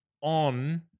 on